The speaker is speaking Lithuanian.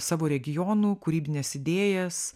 savo regionų kūrybines idėjas